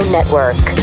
Network